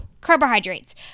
carbohydrates